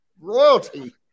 Royalty